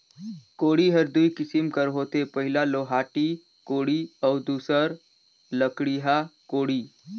कोड़ी हर दुई किसिम कर होथे पहिला लोहाटी कोड़ी अउ दूसर लकड़िहा कोड़ी